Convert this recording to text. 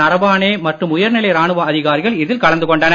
நரவானே மற்றும் உயர்நிலை ராணுவ அதிகாரிகள் இதில் கலந்து கொண்டனர்